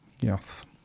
Yes